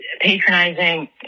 patronizing